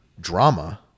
drama